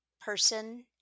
person